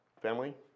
family